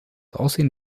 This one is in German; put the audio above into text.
aussehen